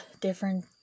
different